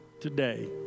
today